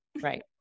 Right